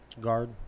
guard